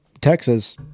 texas